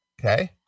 Okay